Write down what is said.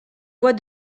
voix